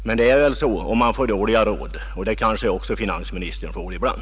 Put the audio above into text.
Men det är väl så om man får dåliga råd, och det kanske också finansministern får ibland.